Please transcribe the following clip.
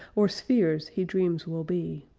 or spheres he dreams will be.